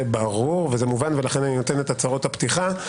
זה ברור ומובן ולכן אני נותן את הצהרות הפתיחה.